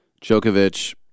Djokovic